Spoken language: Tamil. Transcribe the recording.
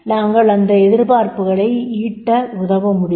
நாங்கள் அந்த எதிர்பார்ப்புகளை ஈட்ட உதவமுடியும்